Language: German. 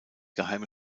geheime